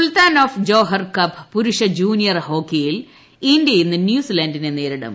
Sultan of Johor Cup പുരുഷ junior ഹോക്കിയിൽ India ഇന്ന് ന്യൂസിലാന്റിനെ നേരിടും